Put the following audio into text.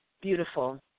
Beautiful